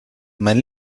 mein